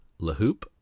LaHoop